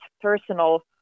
personal